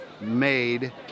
made